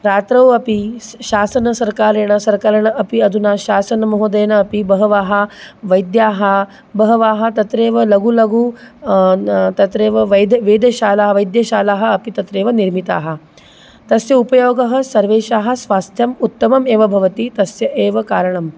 रात्रौ अपि स् शासनसर्कारेण सर्कारेण अपि अधुना शासनमहोदयेन अपि बहवः वैद्याः बहवः तत्रैव लघु लघु तत्रैव वैद्यः वैद्यशालाः वैद्यशालाः अपि तत्रैव निर्मिताः तस्य उपयोगः सर्वेषां स्वास्थ्यम् उत्तमम् एव भवति तस्य एव कारणं